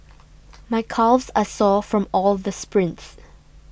my calves are sore from all the sprints